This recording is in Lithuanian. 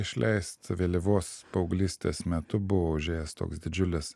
išleist vėlyvos paauglystės metu buvo užėjęs toks didžiulis